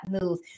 move